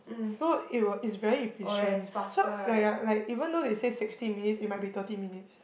so it'll it's very efficient so like ah like even though they say sixty minutes it might be thirty minutes